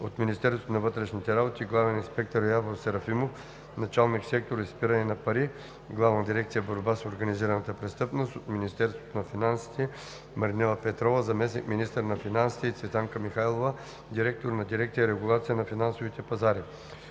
от Министерството на вътрешните работи: главен инспектор Явор Серафимов – началник на сектор „Изпиране на пари“ в Главна дирекция „Борба с организираната престъпност“; от Министерството на финансите: Маринела Петрова – заместник-министър, и Цветанка Михайлова – директор на дирекция „Регулация на финансовите пазари“.